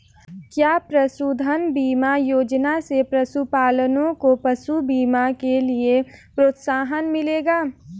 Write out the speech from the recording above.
क्या पशुधन बीमा योजना से पशुपालकों को पशु बीमा के लिए प्रोत्साहन मिलेगा?